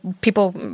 people